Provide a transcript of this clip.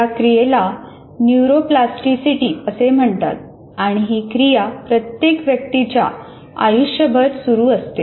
या क्रियेला न्यूरोप्लास्टिसिटी असे म्हणतात आणि ही क्रिया प्रत्येक व्यक्तीच्या आयुष्यभर सुरू असते